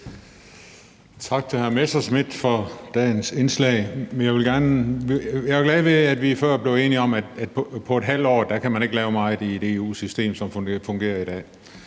Tak til hr. Morten Messerschmidt for dagens indslag. Jeg er jo glad ved, at vi før blev enige om, at på et halvt år kan man ikke lave meget i et EU-system, som det fungerer i dag.